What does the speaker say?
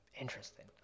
Interesting